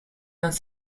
dans